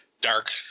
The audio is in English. dark